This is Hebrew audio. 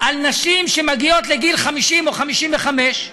על נשים שמגיעות לגיל 50 או 55,